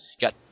got